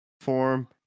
form